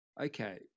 Okay